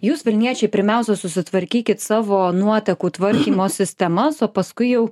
jūs vilniečiai pirmiausia susitvarkykit savo nuotekų tvarkymo sistemas o paskui jau